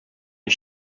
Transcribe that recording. les